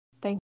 Thank